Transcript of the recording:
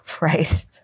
Right